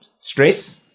Stress